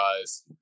guys